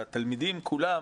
שהתלמידים כולם